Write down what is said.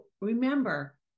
remember